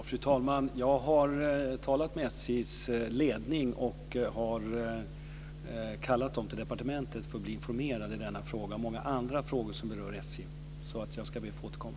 Fru talman! Jag har talat med SJ:s ledning och har kallat dem till departementet för att bli informerad i denna fråga och många andra frågor som berör SJ. Jag ska be att få återkomma.